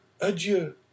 adieu